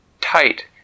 tight